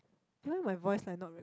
why my voice like not rec